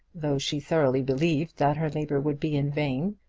though she thoroughly believed that her labour would be in vain,